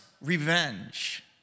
revenge